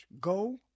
go